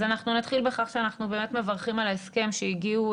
אז אנחנו נתחיל בכך שאנחנו באמת מברכים על ההסכם שהגיעו